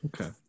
Okay